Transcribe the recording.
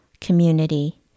community